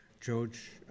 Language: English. George